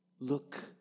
Look